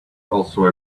also